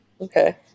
Okay